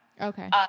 Okay